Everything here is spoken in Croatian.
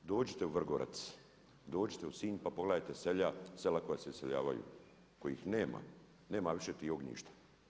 Dođite u Vrgorac, dođite u Sinj pa pogledajte sela koja se iseljavaju, kojih nema, nema više tih ognjišta.